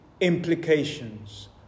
implications